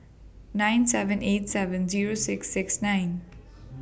nine seven eight seven Zero six six nine